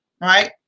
right